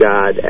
God